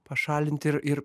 pašalinti ir ir